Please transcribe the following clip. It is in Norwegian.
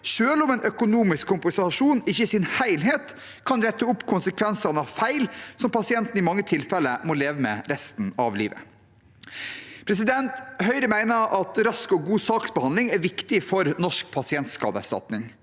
selv om en økonomisk kompensasjon ikke i sin helhet kan rette opp konsekvensene av feil som pasienten i mange tilfeller må leve med resten av livet. Høyre mener at rask og god saksbehandling er viktig for Norsk pasientskadeerstatning.